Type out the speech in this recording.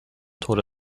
taught